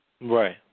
Right